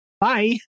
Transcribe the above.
Bye